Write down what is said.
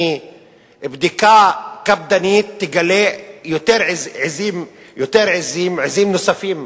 בדיקה קפדנית תגלה עזים נוספות